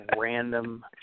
random